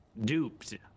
Duped